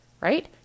right